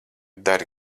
dari